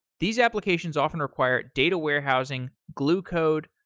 these applications often require data warehousing, glue code,